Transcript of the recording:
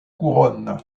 couronne